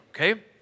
okay